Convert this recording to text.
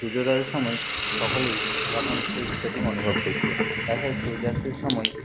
সূর্যোদয়ের সময় সকলেই তখন সেই দৃশ্যটিকে অনুভব করছিলো তাছাড়া সূর্যাস্তের সময়